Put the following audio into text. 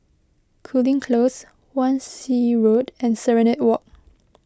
Cooling Close Wan Shih Road and Serenade Walk